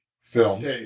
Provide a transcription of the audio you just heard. film